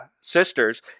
sisters